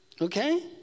Okay